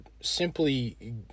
simply